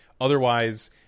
otherwise